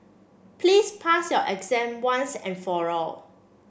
please pass your exam once and for all